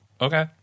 okay